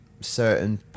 certain